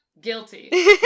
guilty